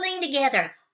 together